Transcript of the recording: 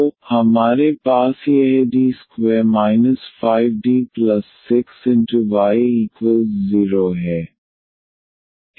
तो हमारे पास यह D2 5D6y0 है